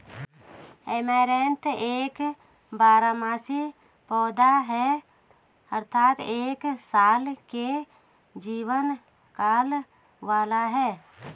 amaranth एक बारहमासी पौधा है अर्थात एक साल के जीवन काल वाला है